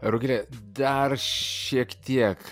rugile dar šiek tiek